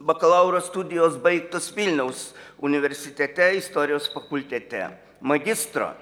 bakalauro studijos baigtos vilniaus universitete istorijos fakultete magistro